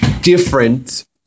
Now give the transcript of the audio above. different